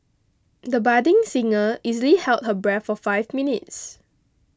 the budding singer easily held her breath for five minutes